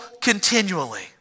continually